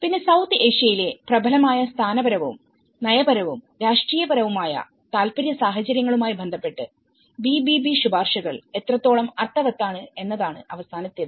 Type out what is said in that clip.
പിന്നെസൌത്ത്ഏഷ്യയിലെ പ്രബലമായ സ്ഥാപനപരവുംനയപരവുംരാഷ്ട്രീയപരവുമായ താൽപ്പര്യ സാഹചര്യങ്ങളുമായി ബന്ധപ്പെട്ട് BBB ശുപാർശകൾ എത്രത്തോളം അർത്ഥവത്താണ് എന്നതാണ് അവസാനത്തേത്